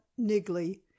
Nigley